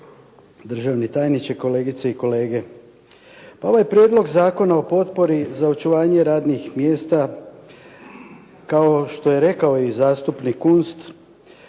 državni tajniče, kolegice i kolege. Pa ovaj Prijedlog zakona o potpori za očuvanje radnih mjesta kao što je rekao i zastupnik Kunst,